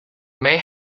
may